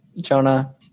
Jonah